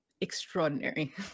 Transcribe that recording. extraordinary